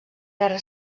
guerra